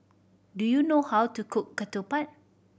do you know how to cook ketupat